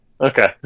okay